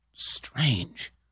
Strange